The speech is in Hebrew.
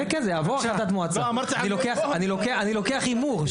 אני רוצה לדבר על אופני הסבסוד.